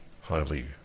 highly